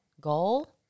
Goal